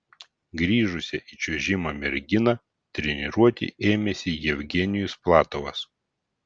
grįžusią į čiuožimą merginą treniruoti ėmėsi jevgenijus platovas